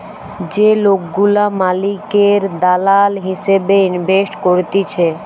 যে লোকগুলা মালিকের দালাল হিসেবে ইনভেস্ট করতিছে